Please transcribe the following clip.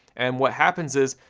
and what happens is,